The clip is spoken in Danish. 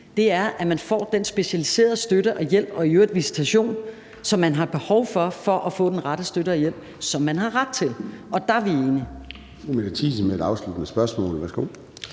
til, at man får den specialiserede støtte og hjælp og i øvrigt visitation, som man har behov for for at få den rette støtte og hjælp, som man har ret til. Og der hører jeg